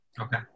Okay